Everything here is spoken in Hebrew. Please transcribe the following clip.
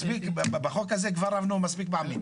בחוק הזה כבר רבנו מספיק פעמים.